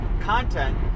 content